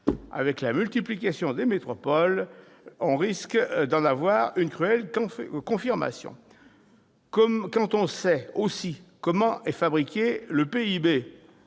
Avec la multiplication des métropoles, on risque d'en avoir une cruelle confirmation. Quand on sait, en outre, comment est fabriqué le PIB,